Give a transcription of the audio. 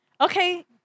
Okay